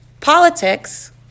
politics